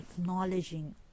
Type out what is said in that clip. acknowledging